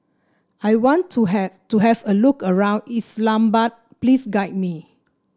I want to have to have a look around Islamabad please guide me